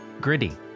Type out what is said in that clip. gritty